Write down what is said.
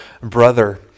brother